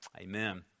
Amen